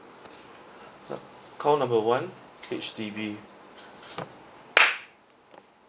ya call number one H_D_B